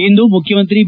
ಇಂದು ಮುಖ್ಯಮಂತ್ರಿ ಬಿ